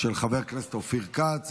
של חבר הכנסת אופיר כץ.